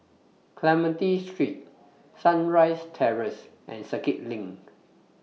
Clementi Street Sunrise Terrace and Circuit LINK